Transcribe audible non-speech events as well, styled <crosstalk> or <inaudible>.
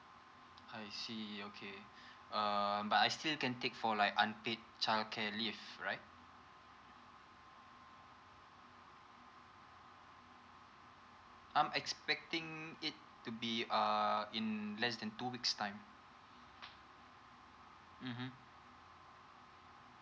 I see okay <breath> uh but I still can take for like unpaid childcare leave right I'm expecting it to be err in less than two weeks time mmhmm